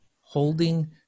holding